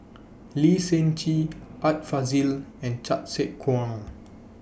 Lee Seng Gee Art Fazil and Chan Sek Keong